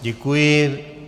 Děkuji.